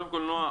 נועה,